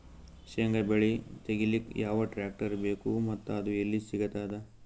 ಶೇಂಗಾ ಬೆಳೆ ತೆಗಿಲಿಕ್ ಯಾವ ಟ್ಟ್ರ್ಯಾಕ್ಟರ್ ಬೇಕು ಮತ್ತ ಅದು ಎಲ್ಲಿ ಸಿಗತದ?